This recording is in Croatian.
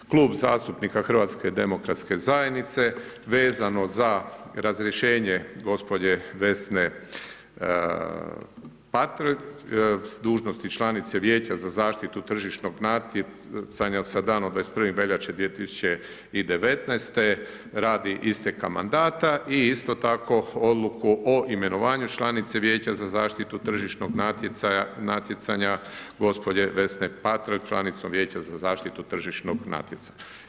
Klub zastupnika Hrvatske demokratske zajednice vezano za razrješenje gospođe Vesne Patrlj s dužnosti članice Vijeća za zaštitu tržišnog natjecanja sa danom 21. veljače 2019., radi isteka mandata i isto tako Odluku o imenovanju članice Vijeća za zaštitu tržišnog natjecanja, gospođe Vesne Patrlj, članicom Vijeća za zaštitu tržišnog natjecanja.